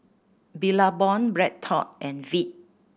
Billabong BreadTalk and Veet